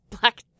black